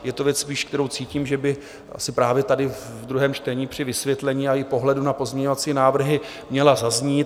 Je to věc spíš, kterou cítím, že by právě tady, v druhém čtení, při vysvětlení a i pohledu na pozměňovací návrhy měla zaznít.